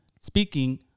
Speaking